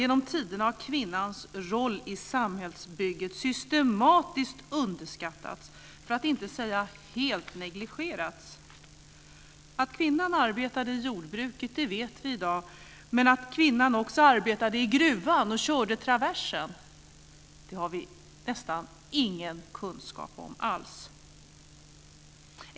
Genom tiderna har kvinnans roll i samhällsbygget systematiskt underskattats, för att inte säga helt negligerats. Att kvinnan arbetade i jordbruket vet vi i dag, men att kvinnan också arbetade i gruvan och körde traversen har vi nästan ingen kunskap om alls.